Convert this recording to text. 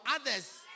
others